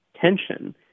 tension